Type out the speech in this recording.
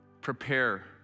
prepare